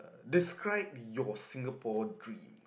describe your Singapore dream